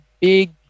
big